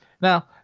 Now